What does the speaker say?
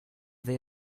they